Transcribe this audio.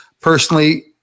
Personally